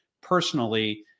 personally